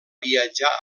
viatjar